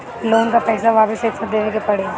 Loan का पईसा वापिस एक साथ देबेके पड़ी?